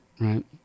right